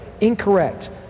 incorrect